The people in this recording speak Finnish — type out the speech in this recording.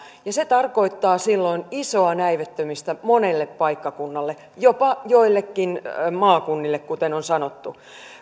ja se tarkoittaa silloin isoa näivettymistä monelle paikkakunnalle jopa joillekin maakunnille kuten on sanottu